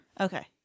Okay